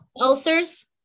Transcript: ulcers